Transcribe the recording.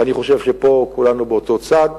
ואני חושב שכולנו פה באותו צד: